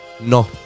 No